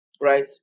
Right